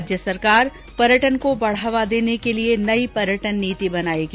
राज्य सरकार पर्यटन को बढ़ावा देने के लिए नई पर्यटन नीति बनाएगी